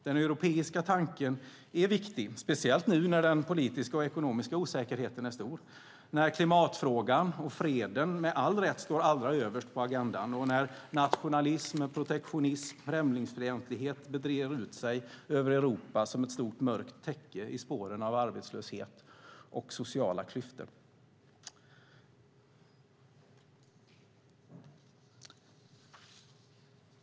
Den europeiska tanken är viktig, speciellt nu när den politiska och ekonomiska osäkerheten är stor, när klimatfrågan och freden med all rätt står allra överst på agendan och när nationalism, protektionism och främlingsfientlighet breder ut sig över Europa som ett stort mörkt täcke i spåren av arbetslöshet och sociala klyftor.